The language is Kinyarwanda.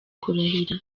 kurahira